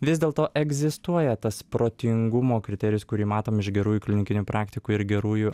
vis dėlto egzistuoja tas protingumo kriterijus kurį matom iš gerųjų klinikinių praktikų ir gerųjų